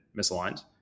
misaligned